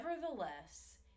nevertheless